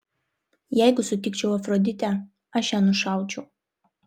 jeigu sutikčiau afroditę aš ją nušaučiau